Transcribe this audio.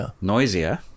Noisier